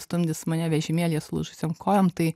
stumdys mane vežimėlyje sulūžusiom kojom tai